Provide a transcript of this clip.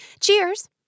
cheers